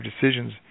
decisions